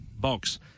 box